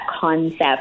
concept